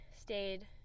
stayed